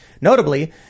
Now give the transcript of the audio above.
Notably